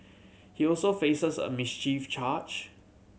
he also faces a mischief charge